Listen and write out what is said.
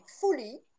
fully